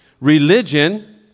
Religion